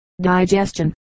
digestion